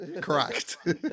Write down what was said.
Correct